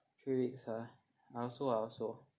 three weeks ah I also I also